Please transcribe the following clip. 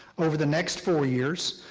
over the next four years,